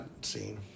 scene